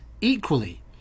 equally